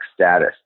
status